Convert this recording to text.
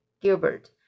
gilbert